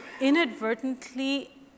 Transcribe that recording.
inadvertently